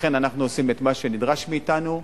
לכן אנחנו עושים את מה שנדרש מאתנו,